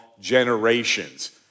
generations